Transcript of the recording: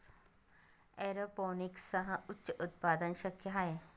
एरोपोनिक्ससह उच्च उत्पादन शक्य आहे